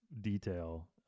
detail